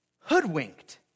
hoodwinked